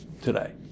today